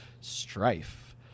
strife